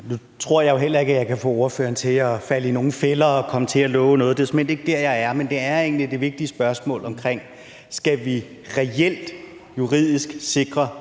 Nu tror jeg jo heller ikke, at jeg lige kan få ordføreren til at falde i nogen fælde og komme til at love noget – det er såmænd ikke der, jeg er. Men det vigtige spørgsmål er: Skal vi reelt juridisk sikre